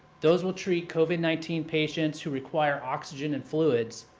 those will treat covid nineteen patients who require oxygen and fluids,